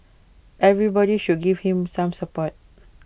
everybody should give him some support